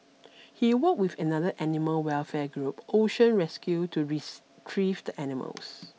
he worked with another animal welfare group Ocean Rescue to retrieve the animals